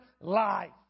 life